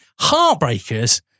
heartbreakers